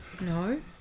No